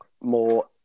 more